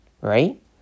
right